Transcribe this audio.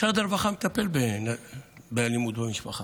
משרד הרווחה מטפל באלימות במשפחה.